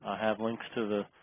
have links to the